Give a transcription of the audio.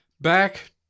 back